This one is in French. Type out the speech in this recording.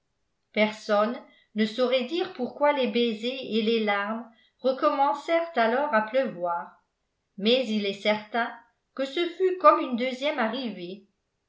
personne ne saurait dire pourquoi les baisers et les larmes recommencèrent alors à pleuvoir mais il est certain que ce fut comme une deuxième arrivée